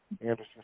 Anderson